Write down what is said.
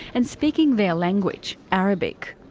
and speaking their language arabic.